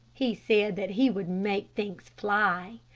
he said that he would make things fly.